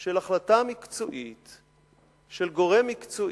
של החלטה מקצועית של גורם מקצועי,